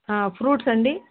fruits అండి